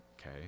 Okay